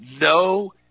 No